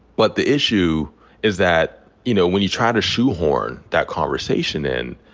but the issue is that, you know, when you try to shoehorn that conversation in,